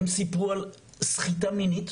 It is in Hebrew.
הן סיפרו על סחיטה מינית,